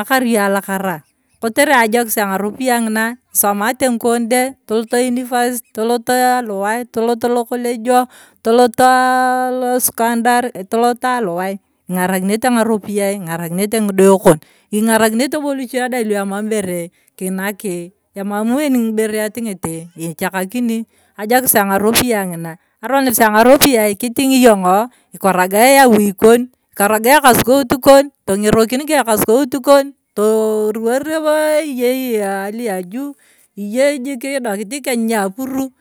yong’o alakara, kotere ajokis ang’aropiyae ng’ina isomate ng’ikon dee toloto university, toloto aluwai, toloto lokologieo, toloto aaa io secondary toloto aluwai ing’arakinete ng’aropiyae ing’arekinete ng’ide kon, ing’arakinete bo luchie dai luemam bere kinaki emamu eken ibere etingit ichakakini, ajokis angaropiyae ng’ina aronis ang’aropiyae kiting’i yong’o ikorogae awui kone, ikorogae ekasukout kon, teng’erokin ka akasukout kon toruwar naboo iyei ali juu toruwar jik idokit ikeny ni apuru.